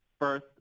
first